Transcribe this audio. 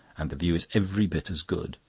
and the view is every bit as good.